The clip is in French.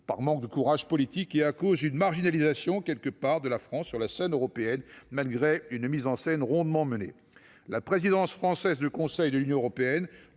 par manque de courage politique et à cause de la marginalisation de la France sur la scène européenne, malgré une mise en scène rondement menée. La présidence française du Conseil de l'Union européenne,